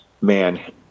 man